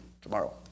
tomorrow